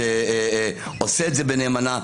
ועושה את זה בנאמנות,